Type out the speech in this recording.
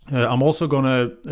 and i'm also going to